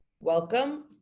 Welcome